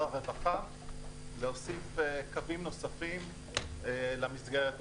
הרווחה להוסיף קווים נוספים למסגרת הזאת.